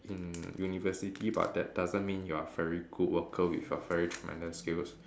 in university but that doesn't mean you are a very good worker with a very tremendous skills